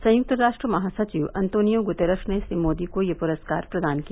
संयुक्त राष्ट्र महासचिव अंतोनियो ग्तरश ने श्री मोदी को यह पुरस्कार प्रदान किया